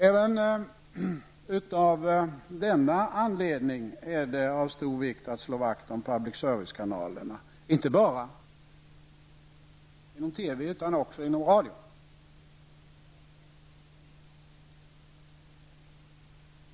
Även av denna anledning är det av stor vikt att slå vakt om public service-kanalerna, inte bara TV utan också radio.